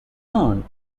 earned